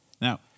Now